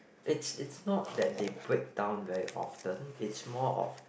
it's it's not that they break down very often it's more of